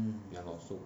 ya lor so